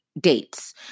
dates